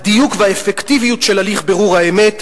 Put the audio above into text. הדיוק והאפקטיביות של הליך בירור האמת,